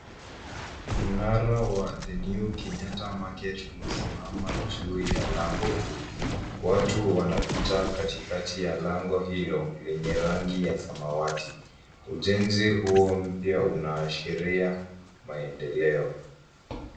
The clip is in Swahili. Mnara wa The New Kenyatta Market umesimama juu ya lango kuu. Watu wanapita katikati ya lango hilo, lenye rangi ya samawati. Ujenzi huo mpya una ashiria maendeleo.